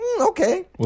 okay